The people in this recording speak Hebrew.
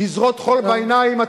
לזרות חול בעיניים.